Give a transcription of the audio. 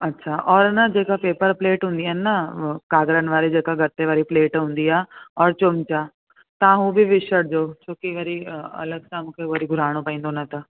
अछा ओर न जेका पेपर प्लेट हूंदी आहिनि न काॻरनि वारी जेका गत्ते वारी प्लेट हूंदी आहे ओर चमिचो तव्हां उहो बि विझी छॾिजो छोकी वरी अलॻि सां मूंखे घुराइणो पवंदो न त